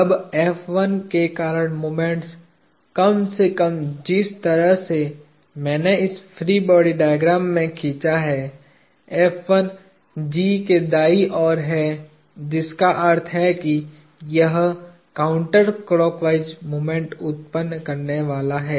अब के कारण मोमेंट कम से कम जिस तरह से मैंने इस फ्री बॉडी डायग्राम में खींचा है G के दाईं ओर है जिसका अर्थ है कि यह काउंटर क्लॉक वाइज़ मोमेंट उत्पन्न करने वाला है